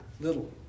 little